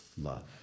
love